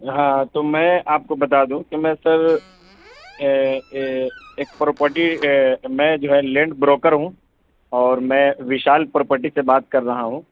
ہاں تو میں آپ کو بتا دوں کہ میں سر ایک پروپرٹی میں جو ہے لینڈ بروکر ہوں اور میں وشال پروپرٹی سے بات کر رہا ہوں